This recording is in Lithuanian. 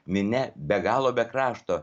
minia be galo be krašto